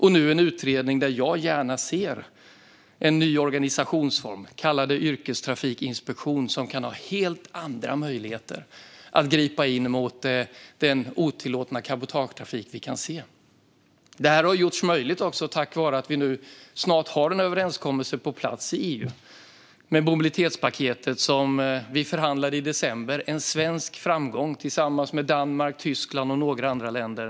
Nu görs en utredning, och jag ser gärna en ny organisationsform - kalla det en yrkestrafikinspektion - som kan ha helt andra möjligheter att gripa in mot den otillåtna cabotagetrafik vi ser. Detta har gjorts möjligt tack vare att vi snart har en överenskommelse på plats i EU om mobilitetspaketet, som vi förhandlade fram i december - en svensk framgång tillsammans med Danmark, Tyskland och några andra länder.